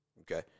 Okay